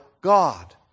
God